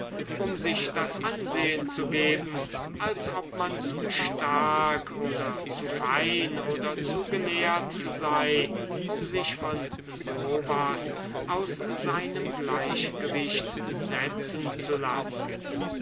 um sich das ansehen zu geben als ob man zu stark oder zu fein oder zu gelehrt sei um sich von so was aus seinem gleichgewicht setzen zu lassen